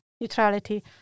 neutrality